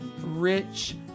rich